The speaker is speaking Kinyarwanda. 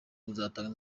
kuzatanga